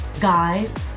guys